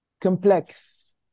complex